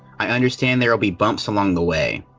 i understand there will be bumps along the way.